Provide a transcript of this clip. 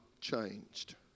changed